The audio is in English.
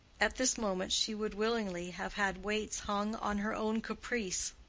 at this moment she would willingly have had weights hung on her own caprice.